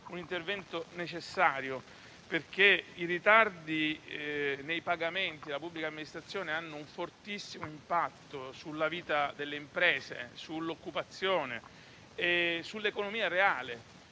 intervento da parte del Governo. I ritardi nei pagamenti della pubblica amministrazione hanno infatti un fortissimo impatto sulla vita delle imprese, sull'occupazione e sull'economia reale.